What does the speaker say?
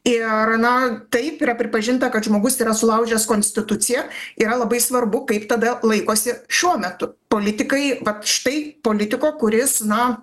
ir na taip yra pripažinta kad žmogus yra sulaužęs konstituciją yra labai svarbu kaip tada laikosi šiuo metu politikai vat štai politiko kuris na